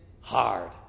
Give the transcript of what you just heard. hard